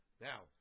Now